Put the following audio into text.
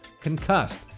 concussed